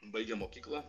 baigė mokyklą